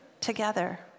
together